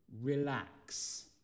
relax